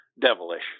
devilish